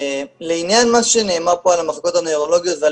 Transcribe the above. לעניין מה שנאמר פה על המחלקות הנוירולוגיות ועל